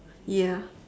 ya